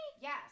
Yes